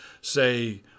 say